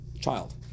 child